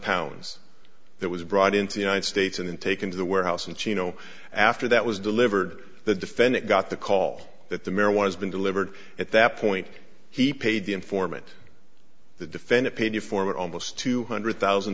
pounds that was brought into the united states and then taken to the warehouse in chino after that was delivered the defendant got the call that the marijuana has been delivered at that point he paid the informant the defendant paid a former almost two hundred thousand